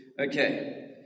Okay